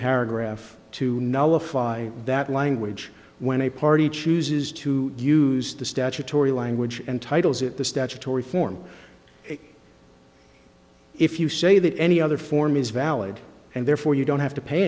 paragraph to nullify that language when a party chooses to use the statutory language and titles it the statutory form if you say that any other form is valid and therefore you don't have to pay